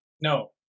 No